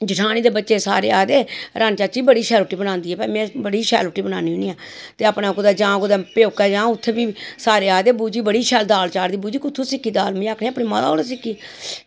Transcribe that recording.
जठानी दे बच्चे सारे आक्खदे की रानी चाची बड़ी शैल रुट्टी बनांदी ते में बड़ी शैल रुट्टी बनान्नी होन्नी ते जां फ्ही अपने कुदै प्योकै जांऽ तां उत्थें बी सारे आक्खदे बू जी बड़ी शैल दाल चाढ़दी बू जी कुत्थां सिक्खी में आक्खनी अपनी माता कोला सिक्खी